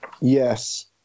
yes